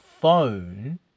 phone